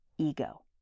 ego